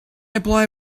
apply